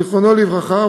זיכרונו לברכה,